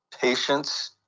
patience